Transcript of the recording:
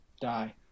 Die